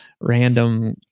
random